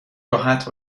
راحت